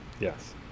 Yes